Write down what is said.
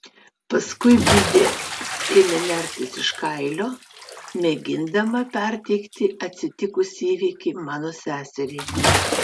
paskui bidė ėmė nertis iš kailio mėgindama perteikti atsitikusį įvykį mano seseriai